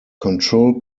control